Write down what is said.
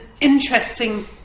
interesting